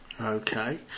Okay